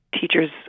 teachers